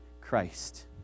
Christ